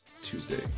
Tuesday